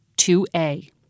2A